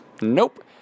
Nope